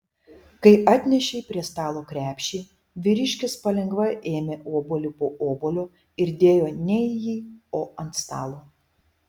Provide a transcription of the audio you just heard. kai atnešei prie stalo krepšį vyriškis palengva ėmė obuolį po obuolio ir dėjo ne į jį o ant stalo